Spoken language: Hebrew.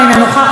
אינה נוכחת,